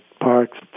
parks